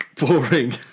Boring